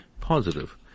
positive